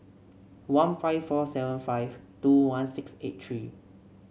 one five four seven five two one six eight three